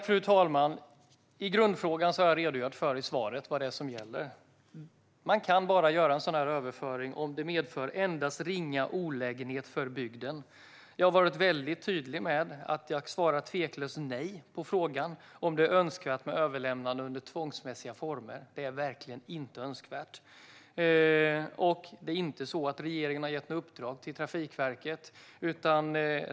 Fru talman! I grundfrågan har jag i mitt svar redogjort för vad som gäller. Man kan bara göra en sådan här överföring om det medför endast ringa olägenhet för bygden. Jag har varit väldigt tydlig med att jag tveklöst svarar nej på frågan om det är önskvärt med överlämnande under tvångsmässiga former - det är verkligen inte önskvärt. Det är inte så att regeringen har gett något uppdrag till Trafikverket.